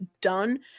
done